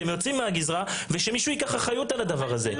אתם יוצאים מהגזרה ושמישהו ייקח אחריות על הדבר הזה.